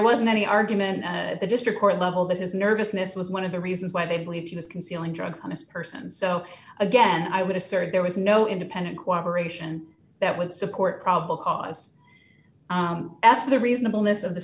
wasn't any argument in the district court level that his nervousness was one of the reasons why they believe he was concealing drugs honest person so again i would assert there was no independent cooperation that would support probable cause s the reasonableness of the